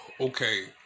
okay